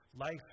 life